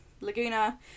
Laguna